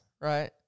right